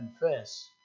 confess